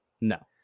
No